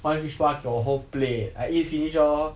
want fishball got whole plate I eat finish lor